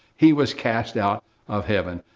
he was cast out of heaven.